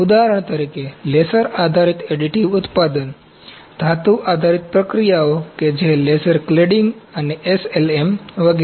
ઉદાહરણ તરીકે લેસર આધારિત એડિટિવ ઉત્પાદન ધાતુ આધારિત પ્રક્રિયાઓ કે જે લેસર ક્લેડીંગ છે અને SLM વગેરે